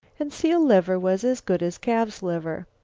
and seal liver was as good as calf's liver.